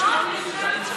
גברתי.